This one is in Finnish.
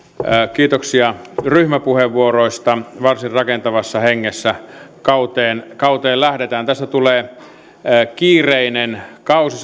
kiitoksia ryhmäpuheenvuoroista varsin rakentavassa hengessä kauteen kauteen lähdetään tästä tulee kiireinen kausi